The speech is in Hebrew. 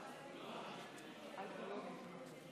קרעי, אני גאה בחברים שלי.